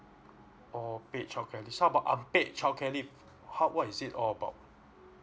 oh paid childcare leave so how about unpaid childcare leave how what is it all about